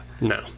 No